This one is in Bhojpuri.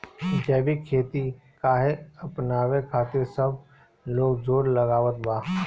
जैविक खेती काहे अपनावे खातिर सब लोग जोड़ लगावत बा?